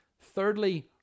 Thirdly